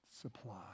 supply